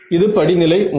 இது படிநிலை 1